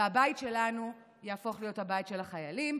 והבית שלנו יהפוך להיות הבית של החיילים.